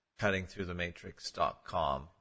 cuttingthroughthematrix.com